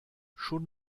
schon